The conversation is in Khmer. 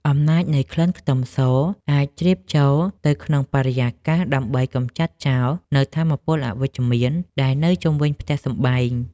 អំណាចនៃក្លិនខ្ទឹមសអាចជ្រាបចូលទៅក្នុងបរិយាកាសដើម្បីកម្ចាត់ចោលនូវថាមពលអវិជ្ជមានដែលនៅជុំវិញផ្ទះសម្បែង។